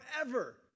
forever